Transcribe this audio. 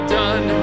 done